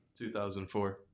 2004